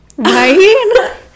right